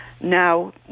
now